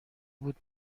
بود